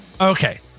Okay